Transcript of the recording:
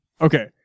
Okay